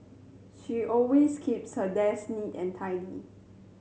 she always keeps her desk neat and tidy